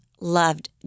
loved